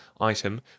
item